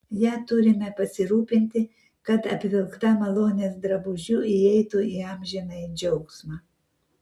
ja turime pasirūpinti kad apvilkta malonės drabužiu įeitų į amžinąjį džiaugsmą